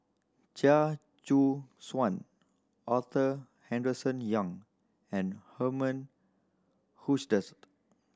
Chia Choo Suan Arthur Henderson Young and Herman Hochstadt